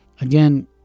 Again